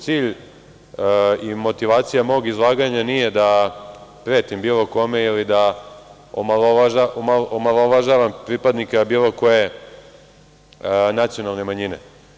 Cilj i motivacija mog izlaganja nije da pretim bilo kome ili da omalovažavam pripadnika bilo koje nacionalne manjine.